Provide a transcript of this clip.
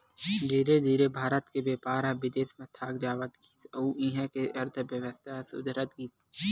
धीरे धीरे भारत के बेपार ह बिदेस म धाक जमावत गिस अउ इहां के अर्थबेवस्था ह सुधरत गिस